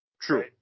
True